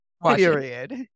period